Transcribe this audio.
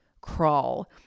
crawl